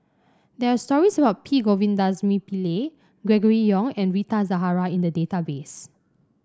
there are stories about P Govindasamy Pillai Gregory Yong and Rita Zahara in the database